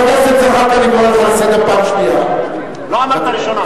אתה התחלת, אני לא אתן לסתום את הפה שלך, לאף אחד.